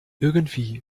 irgendwie